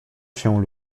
się